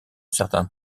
certain